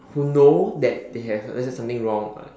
who know that they have let's say something wrong